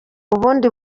ubundi